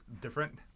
different